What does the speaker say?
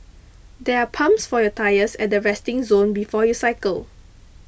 there are pumps for your tyres at the resting zone before you cycle